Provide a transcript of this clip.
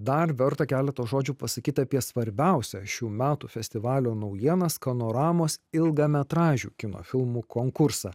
dar verta keletą žodžių pasakyti apie svarbiausią šių metų festivalio naujienas skanoramos ilgametražių kino filmų konkursą